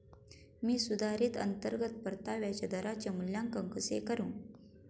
मी सुधारित अंतर्गत परताव्याच्या दराचे मूल्यांकन कसे करू?